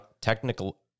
technical